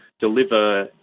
deliver